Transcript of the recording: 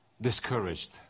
discouraged